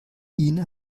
ina